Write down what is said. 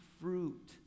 fruit